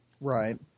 Right